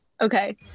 okay